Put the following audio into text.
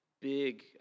Big